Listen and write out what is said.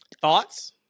Thoughts